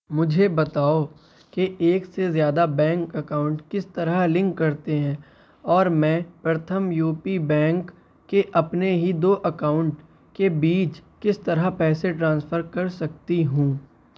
مجھے بتاؤ کہ ایک سے زیادہ بینک اکاؤنٹ کس طرح لنک کرتے ہیں اور میں پرتھم یو پی بینک کے اپنے ہی دو اکاؤنٹ کے بیچ کس طرح پیسے ٹرانسفر کر سکتی ہوں